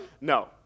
No